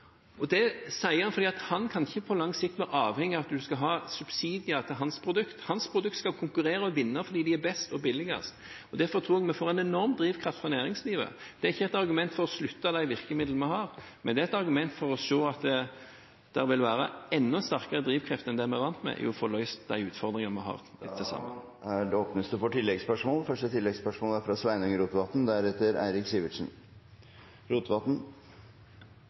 Det sier han fordi han på lang sikt ikke kan være avhengig av at man subsidierer hans produkt. Hans produkt skal konkurrere og vinne fordi de er best og billigst. Derfor tror jeg vi får en enorm drivkraft fra næringslivet. Det er ikke et argument for å avslutte de virkemidlene vi har, men det er et argument for å se at det vil være enda sterkere drivkrefter enn dem vi er vant med for å få løst de utfordringene vi har.